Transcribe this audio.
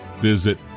visit